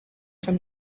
from